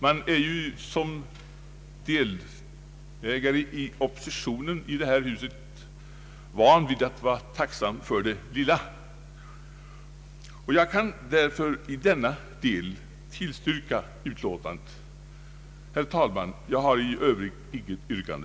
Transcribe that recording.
Man är ju som medlem av oppositionen i detta hus van vid att vara tacksam för det lilla. Jag kan därför i denna del tillstyrka utlåtandet. Herr talman! Jag har i övrigt inget yrkande.